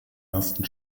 ersten